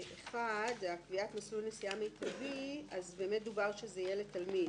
11(ב)(1) לגבי קביעת מסלול נסיעה מיטבי באמת דובר שזה יהיה לתלמיד,